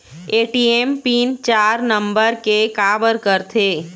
ATM pin चार number के काबर करथे?